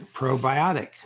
probiotic